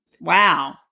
Wow